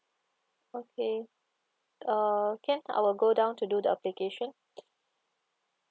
okay uh can I will go down to do the application